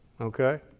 okay